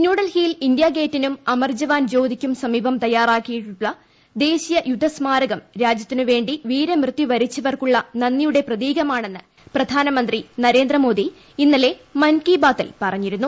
ന്യൂഡൽഹിയിൽ ഇന്ത്യാ ഗേറ്റിനും അമർ ജവാൻ ജ്യോതിക്കും സമീപം തയ്യാറാക്കിയിട്ടുള്ള ദേശീയ യുദ്ധ സ്മാരകം രാജ്യത്തിനുവേണ്ടി വീരമൃത്യുവരിച്ചവർക്കുള്ള നന്ദിയുടെ പ്രതീകമാണെന്ന് പ്രധാനമന്ത്രി നരേന്ദ്രമോദി ഇന്നലെ മൻ കി ബാത്തിൽ പറഞ്ഞിരുന്നു